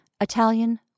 Italian